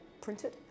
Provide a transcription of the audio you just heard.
printed